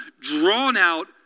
drawn-out